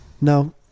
No